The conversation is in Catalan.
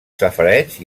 safareig